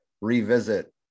revisit